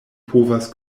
povas